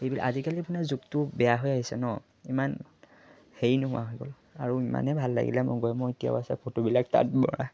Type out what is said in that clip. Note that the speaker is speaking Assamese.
এইবিলাক আজিকালি আপোনাৰ যুগটো বেয়া হৈ আহিছে নহ্ ইমান হেৰি নোহোৱা হৈ গ'ল আৰু ইমানেই ভাল লাগিলে মই গৈ মই এতিয়াও আছে ফটোবিলাক তাত মৰা